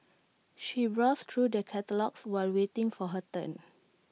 she browsed through the catalogues while waiting for her turn